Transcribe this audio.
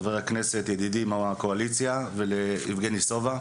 ידידי מהקואליציה, ולחבר הכנסת יבגני סובה,